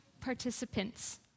participants